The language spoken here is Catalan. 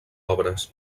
obres